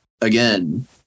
again